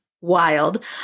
wild